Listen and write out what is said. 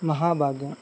మహాభాగ్యం